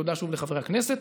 תודה לחברי הכנסת.